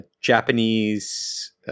Japanese